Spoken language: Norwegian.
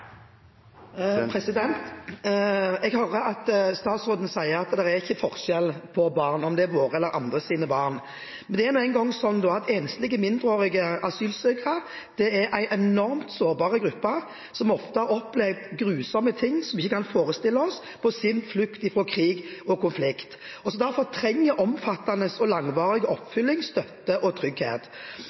Jeg hører statsråden si at det ikke er forskjell på barn om det er våre eller andres barn. Men det er nå engang sånn at enslige mindreårige asylsøkere er en enormt sårbar gruppe som ofte har opplevd grusomme ting som vi ikke kan forestille oss, på sin flukt fra krig og konflikt, og som derfor trenger omfattende og langvarig oppfølging, støtte og trygghet.